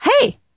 Hey